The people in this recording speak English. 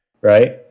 Right